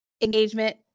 engagement